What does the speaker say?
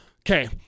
Okay